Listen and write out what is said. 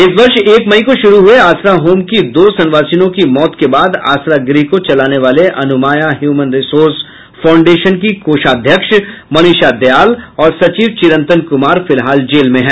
इस वर्ष एक मई को शुरू हुये आसरा होम की दो संवासिनों की मौत के बाद आसरा गृह को चलाने वाले अनुमाया ह्यूमन रिसोर्स फाउंडेशन की कोषाध्यक्ष मनीषा दयाल और सचिव चिरंतन कुमार फिलहाल जेल में हैं